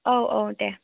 औ औ दे